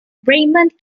raymond